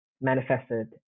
manifested